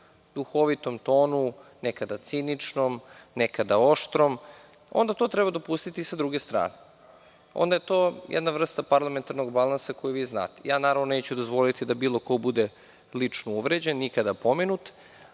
duhovitom tonu, nekada ciničnom, nekada oštrom, onda to treba dopustiti i sa druge strane. Onda je to jedna vrsta parlamentarnog balansa koji vi znate. Naravno, neću dozvoliti da bilo ko bude lično uvređen, nikada pomenut,